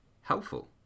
Helpful